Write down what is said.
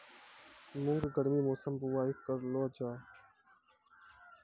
मूंग गर्मी मौसम बुवाई करलो जा?